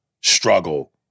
struggle